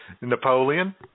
Napoleon